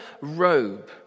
robe